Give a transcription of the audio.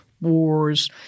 wars